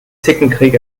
zickenkrieg